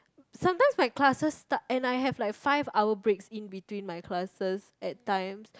sometimes my classes start and I have like five hour breaks in between my classes at times